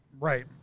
Right